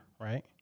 right